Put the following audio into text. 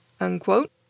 unquote